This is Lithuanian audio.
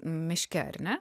miške ar ne